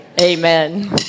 Amen